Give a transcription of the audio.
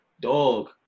dog